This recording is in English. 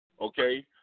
Okay